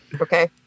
Okay